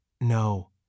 No